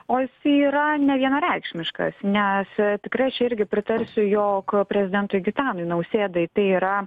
o jisai yra nevienareikšmiškas nes tikrai aš irgi pritarsiu jog prezidentui gitanui nausėdai tai yra